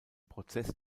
prozess